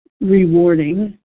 rewarding